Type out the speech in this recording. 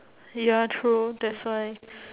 ya true that's why